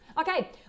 Okay